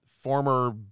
former